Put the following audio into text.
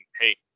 hey